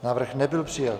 Návrh nebyl přijat.